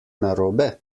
narobe